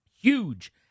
huge